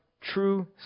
true